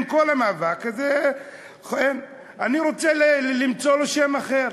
עם כל המאבק, אני רוצה למצוא לו שם אחר.